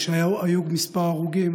כשהיו כמה הרוגים,